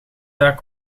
dak